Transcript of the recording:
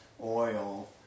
oil